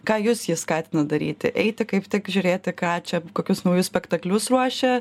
ką jus ji skatina daryti eiti kaip tik žiūrėti ką čia kokius naujus spektaklius ruošia